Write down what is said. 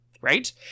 Right